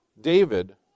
David